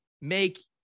make